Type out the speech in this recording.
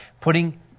putting